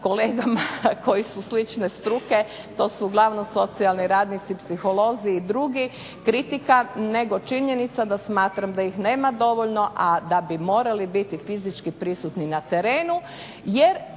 kolegama koji su slične struke, to su uglavnom socijalni radnici, psiholozi i drugi, kritika nego činjenica da smatram da ih nema dovoljno, a da bi morali biti fizički prisutni na terenu jer